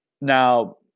Now